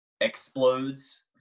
explodes